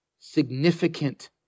significant